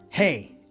Hey